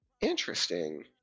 Interesting